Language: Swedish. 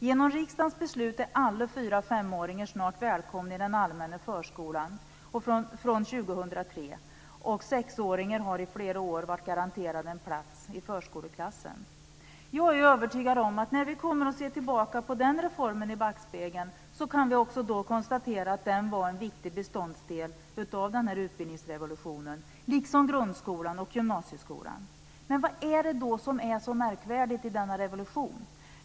Genom riksdagens beslut är alla fyra och femåringar välkomna i den allmänna förskolan från 2003, och sexåringar har i flera år varit garanterade en plats i förskoleklassen. Jag är övertygad om att när vi kommer att se tillbaka på denna reform i backspegeln kan vi konstatera att också den var en viktig beståndsdel av utbildningsrevolutionen - liksom grundskolan och gymnasieskolan. Vad är det då som är så märkvärdigt i denna revolution?